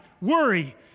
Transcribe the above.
worry